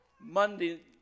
Monday